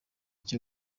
cyo